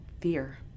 fear